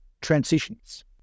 Transitions